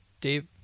Dave